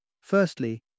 Firstly